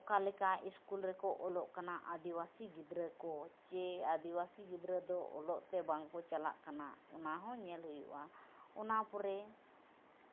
ᱚᱠᱟᱞᱮᱠᱟ ᱤᱥᱠᱩᱞ ᱨᱮᱠᱚ ᱚᱞᱚᱜ ᱠᱟᱱᱟ ᱟᱫᱤᱵᱟᱥᱤ ᱜᱤᱫᱽᱨᱟᱹᱠᱚ ᱪᱮ ᱟᱫᱤᱵᱟᱥᱤ ᱜᱤᱫᱽᱨᱟᱹᱫᱚ ᱚᱞᱚᱜᱛᱮ ᱵᱟᱝᱠᱚ ᱪᱟᱞᱟᱜ ᱠᱟᱱᱟ ᱚᱱᱟᱦᱚᱸ ᱧᱮᱞ ᱦᱩᱭᱩᱜᱼᱟ ᱚᱱᱟ ᱯᱚᱨᱮ